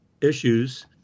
issues